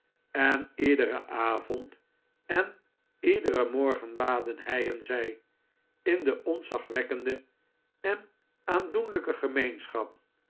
en iederen avond en iederen morgen baden hij en zij in de ontzagwekkende en aandoenlijke gemeenschap